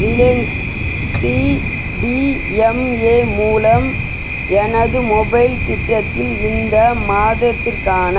Reliance CDMA மூலம் எனது mobile திட்டத்தில் இந்த மாதத்திற்கான